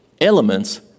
elements